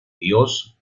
dios